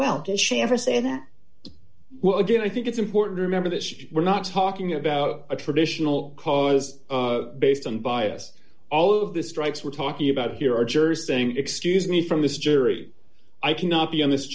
well again i think it's important to remember this you were not talking about a traditional cause based on bias all of the strikes we're talking about here are jurors saying excuse me from this jury i cannot be on this